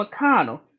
McConnell